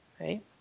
Right